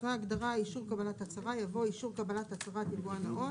אחרי ההגדרה "אישור קבלת הצהרה" יבוא: "אישור קבלת הצהרת יבואן נאות"